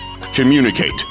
Communicate